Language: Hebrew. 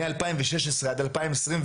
מ-2016 עד 2021,